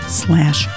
slash